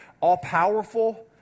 all-powerful